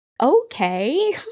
okay